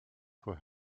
for